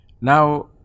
Now